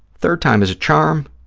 third time is a charm,